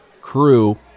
crew